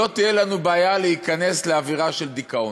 לא תהיה לנו בעיה להיכנס לאווירה של דיכאון,